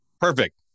perfect